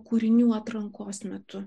kūrinių atrankos metu